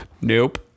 Nope